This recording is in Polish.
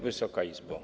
Wysoka Izbo!